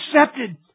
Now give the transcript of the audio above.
accepted